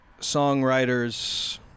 songwriters